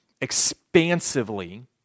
expansively